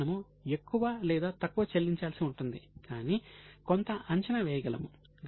మనము ఎక్కువ లేదా తక్కువ చెల్లించాల్సి ఉంటుంది కాని కొంత అంచనా వేయగలము